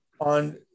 On